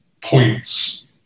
points